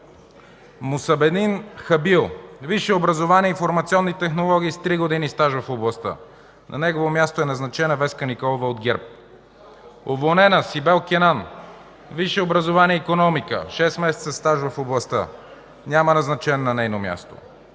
Мусамедин Хабил – висше образование „Информационни технологии”, три години стаж в областта. На негово място е назначена Веска Николова от ГЕРБ. Уволнена Сибел Кенан – висше образование „Икономика”, шест месеца стаж в областта. Няма назначен на нейно място.